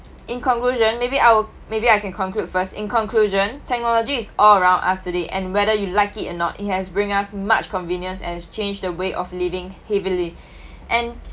in conclusion maybe I'll maybe I can conclude first in conclusion technology is all around us today and whether you like it or not it has bring us much convenience and it's changed the way of living heavily and